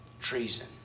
treason